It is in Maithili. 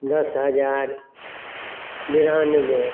दस हजार बिरानवे